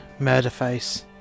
Murderface